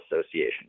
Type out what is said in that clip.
Association